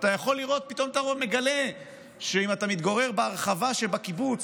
ופתאום אתה מגלה שאם אתה מתגורר בהרחבה שבקיבוץ,